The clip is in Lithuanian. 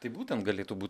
tai būtent galėtų būt